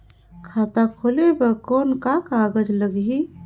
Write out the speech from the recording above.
खाता खोले बर कौन का कागज लगही?